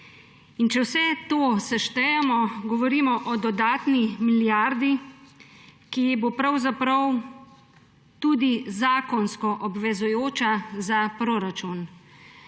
če vse to seštejmo govorimo o dodatni milijardi, ki bo tudi zakonsko obvezujoča za proračun,